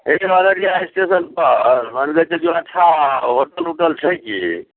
लेकिन अररिया स्टेशनपर मानि लिअ जे जो अच्छा होटल उटल छै की